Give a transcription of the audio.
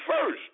first